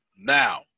Now